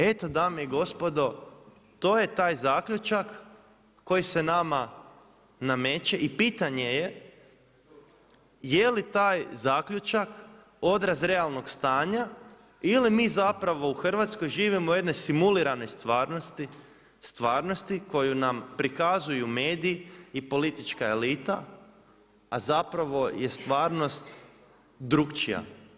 Eto dame i gospodo to je taj zaključak koji se nama nameće i pitanje je jeli taj zaključak odraz realnog stanja ili mi zapravo u Hrvatskoj živimo u jednoj simuliranoj stvarnosti, stvarnosti koju nam prikazuju mediji i politička elita, a zapravo je stvarnost drukčija.